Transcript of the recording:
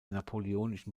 napoleonischen